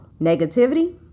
negativity